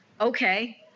okay